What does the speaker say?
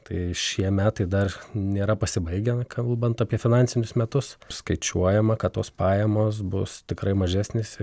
tai šie metai dar nėra pasibaigę kalbant apie finansinius metus skaičiuojama kad tos pajamos bus tikrai mažesnės